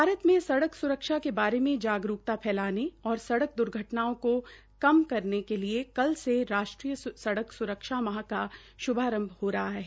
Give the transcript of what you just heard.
भारत में सड़क सुरक्षा के बारे में जागरूक्ता औ लाने और सड़क दूर्घटनाओं को कम करने के लिए कल से राष्ट्रीय सड़क स्रक्षा माह का श्भारंभ हो रहा है